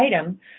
item